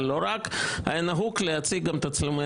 אבל לא רק היה נהוג להציג גם תצלומי